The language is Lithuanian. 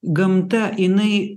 gamta jinai